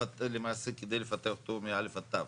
כדי למעשה אותו מ-א' עד ת'.